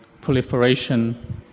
proliferation